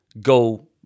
go